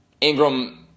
Ingram